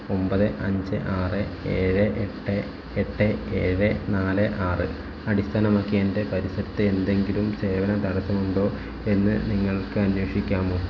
ഒമ്പത് അഞ്ച് ആറ് ഏഴ് എട്ട് എട്ട് ഏഴ് നാല് ആറ് അടിസ്ഥാനമാക്കി എൻ്റെ പരിസരത്തെ എന്തെങ്കിലും സേവനം തടസ്സമുണ്ടോ എന്ന് നിങ്ങൾക്ക് അന്വേഷിക്കാമോ